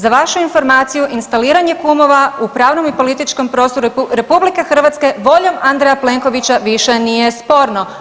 Za vašu informacija, instaliranje kumova u pravnom i političkom prostoru RH voljom Andreja Plenkovića više nije sporno.